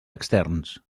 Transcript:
externs